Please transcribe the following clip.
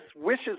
wishes